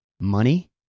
money